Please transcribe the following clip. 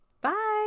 Bye